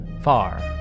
far